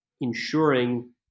ensuring